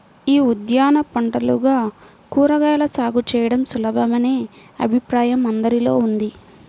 యీ ఉద్యాన పంటలుగా కూరగాయల సాగు చేయడం సులభమనే అభిప్రాయం అందరిలో ఉంది